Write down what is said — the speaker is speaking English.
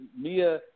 Mia